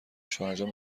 شوهرجان